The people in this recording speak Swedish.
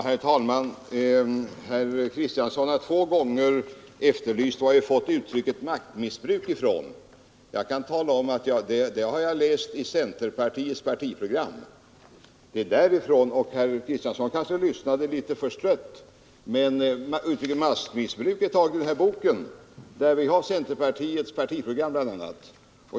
Herr talman! Herr Kristiansson i Harplinge har två gånger efterlyst varifrån vi fått uttrycket maktmissbruk. Jag kan tala om att jag har läst det i centerpartiets partiprogram. Herr Kristiansson kanske lyssnade litet förstrött, men uttrycket maktmissbruk är taget ur en bok, som bl.a. innehåller centerpartiets partiprogram.